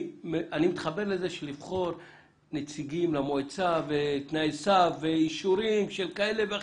אני מתחבר לזה שלבחור נציגים למועצה ותנאי סף ואישורים של כאלה ואחרים.